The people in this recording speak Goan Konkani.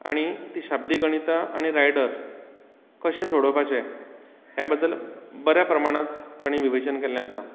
आनीक तीं शाब्दीक गणितां आनी रायडर कशे सोडोवपाचे हे बद्दल बऱ्या प्रमाणांत तांणी विवेचन केल्लें आसा